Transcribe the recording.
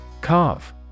Carve